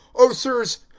o sirs,